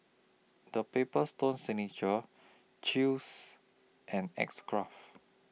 The Paper Stone Signature Chew's and X Craft